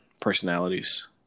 personalities